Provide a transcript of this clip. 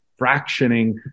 fractioning